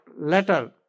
letter